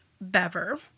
Bever